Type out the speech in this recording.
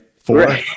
Four